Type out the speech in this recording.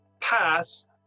pass